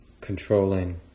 controlling